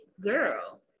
girl